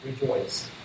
rejoice